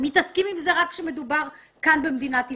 הם מתעסקים בזה רק כאשר מדובר במדינת ישראל.